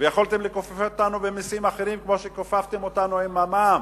ויכולתם לכופף אותנו במסים אחרים כמו שכופפתם אותנו עם המע"מ.